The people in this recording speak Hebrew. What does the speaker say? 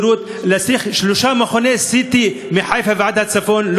שלושה מכוני CT מחיפה ועד הצפון,